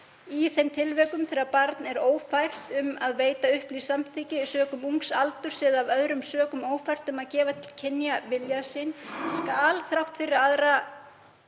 „Í þeim tilvikum þegar barn er ófært um að veita upplýst samþykki sökum ungs aldurs eða er af öðrum sökum ófært um að gefa til kynna vilja sinn skal, þrátt fyrir 2.